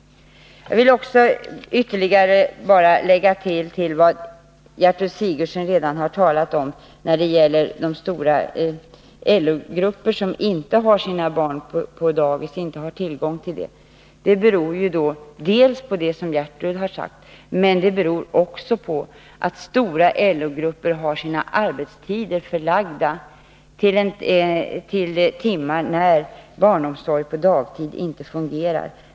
När det gäller vad Gertrud Sigurdsen sade om de stora LO-grupper som inte har tillgång till dagis, vill jag bara tillägga att det beror dels på det som Gertrud Sigurdsen har sagt, dels på att stora LO-grupper har sitt arbete förlagt till timmar på dygnet då barnomsorg på dagtid inte fungerar.